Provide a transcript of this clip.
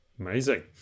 Amazing